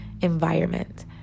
environment